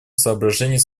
соображений